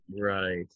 right